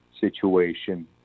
situation